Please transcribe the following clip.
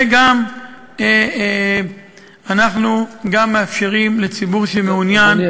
וגם אנחנו מאפשרים לציבור שמעוניין,